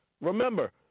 remember